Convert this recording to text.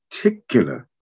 particular